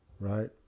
right